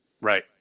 Right